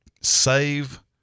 save